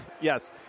Yes